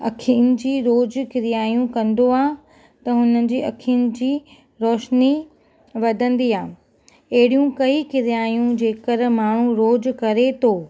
अखियुनि जी रोज़ु क्रियाऊं कंदो आहे त हुनजी अखियुनि जी रोशनी वधंदी आहे अहिड़ियूं कईं क्रियाऊं जेकर माण्हू रोज़ु करे थो